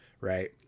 right